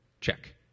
Check